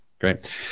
Great